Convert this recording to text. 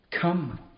Come